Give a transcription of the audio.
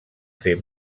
fer